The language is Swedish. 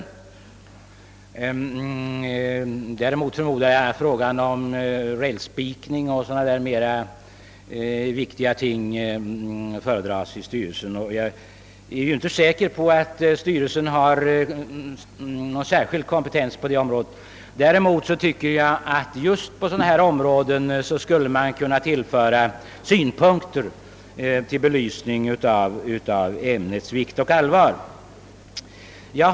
Å andra sidan förmodar jag att problem om rälsspikning och sådana viktigare ting tas upp där, även om jag inte är säker på att styrelsen har någon särskild kompetens på detta område. Just i de aktuella fallen borde man däremot kunna framlägga synpunkter till belysning av ämnets vikt och allvar.